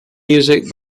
music